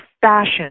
fashion